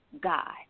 God